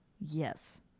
yes